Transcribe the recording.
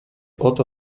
oto